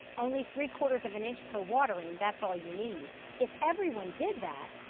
only three-quarters of an inch per watering that's all you need if everyone did that.